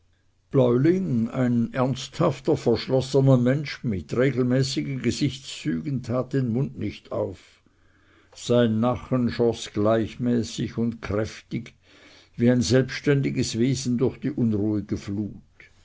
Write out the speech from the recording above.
bläuling ein ernsthafter verschlossener mensch mit regelmäßigen gesichtszügen tat den mund nicht auf sein nachen schoß gleichmäßig und kräftig wie ein selbständiges wesen durch die unruhige flut